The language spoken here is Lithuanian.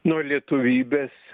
nuo lietuvybės